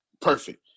perfect